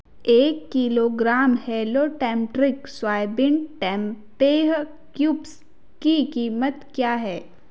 एक kilogram हेलो टेम्ड्रिंक सोयाबीन टेम्पेह क्यूब्स की कीमत क्या है